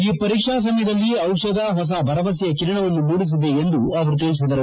ಈ ಪರೀಕ್ಷಾ ಸಮಯದಲ್ಲಿ ಔಷಧ ಹೊಸ ಭರವಸೆಯ ಕಿರಣವನ್ನು ಮೂಡಿಸಿದೆ ಎಂದು ಅವರು ತಿಳಿಸಿದರು